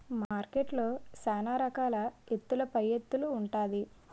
మార్కెట్లో సాన రకాల ఎత్తుల పైఎత్తులు ఉంటాది